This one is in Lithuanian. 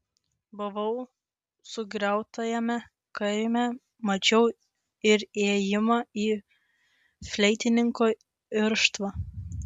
buvau sugriautajame kaime mačiau ir įėjimą į fleitininko irštvą